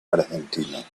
argentinas